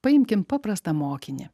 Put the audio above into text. paimkim paprastą mokinį